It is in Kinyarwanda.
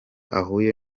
ahuye